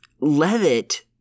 Levitt